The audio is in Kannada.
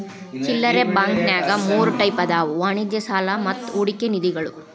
ಚಿಲ್ಲರೆ ಬಾಂಕಂನ್ಯಾಗ ಮೂರ್ ಟೈಪ್ ಅದಾವ ವಾಣಿಜ್ಯ ಸಾಲಾ ಮತ್ತ ಹೂಡಿಕೆ ನಿಧಿಗಳು